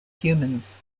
humans